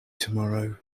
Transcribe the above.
tomorrow